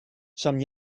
some